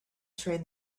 train